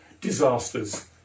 disasters